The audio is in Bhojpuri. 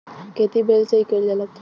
खेती बैल से ही कईल जात रहे